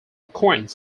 coins